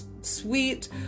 sweet